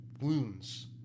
wounds